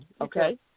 Okay